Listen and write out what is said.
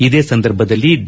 ಇದೇ ಸಂದರ್ಭದಲ್ಲಿ ಡಿ